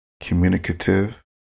communicative